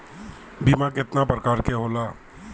बीमा केतना प्रकार के होला?